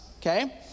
okay